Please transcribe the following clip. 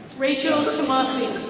rachael but mossy.